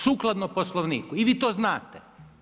Sukladno Poslovniku i vi to znate.